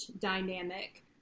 dynamic